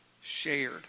shared